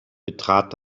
betrat